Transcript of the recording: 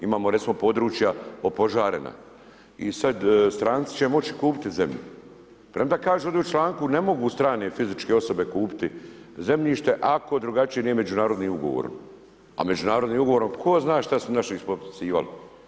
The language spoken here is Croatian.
Imamo recimo područja opožarena i sada će stranci moći otkupiti zemlju, premda kažu u članku ne mogu strane fizičke osobe kupiti zemljište ako drugačije nije međunarodnim ugovorom, a međunarodnim ugovorom, tko zna šta su naši ispotpisivali.